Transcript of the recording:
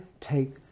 take